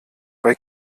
bei